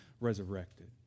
resurrected